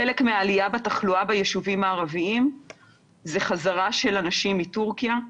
חלק מהעלייה בתחלואה ביישובים הערביים זה חזרה של אנשים מטורקיה,